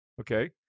okay